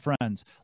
friends